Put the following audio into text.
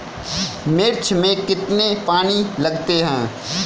मिर्च में कितने पानी लगते हैं?